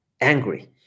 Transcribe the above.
angry